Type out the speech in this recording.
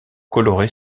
colorer